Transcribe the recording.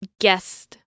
guest